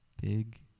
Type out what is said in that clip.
Big